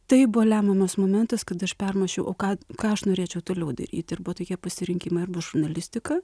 tai buvo lemiamas momentas kada aš permušiau o ką ką aš norėčiau toliau daryti ir buvo tokie pasirinkimai arba žurnalistika